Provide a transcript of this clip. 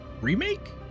remake